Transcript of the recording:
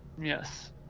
Yes